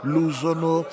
Luzono